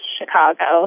Chicago